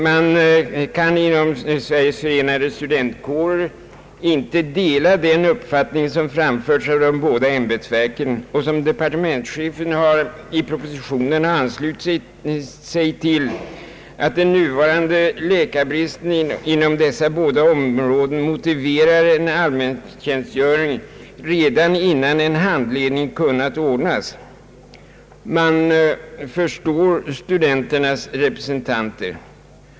Man kan inom Sveriges förenade studentkårer inte dela den uppfattning som framförts av de båda ämbetsverken och som departementschefen i propositionen har anslutit sig till, att den nuvarande läkarbristen inom dessa båda områden motiverar en allmäntjänstgöring redan innan en handledning kunnat ordnas. Man förstår studenternas representanter.